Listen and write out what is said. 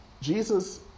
Jesus